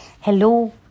hello